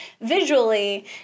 visually